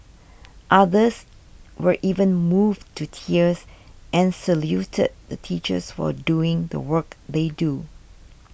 others were even moved to tears and saluted the teachers for doing the work they do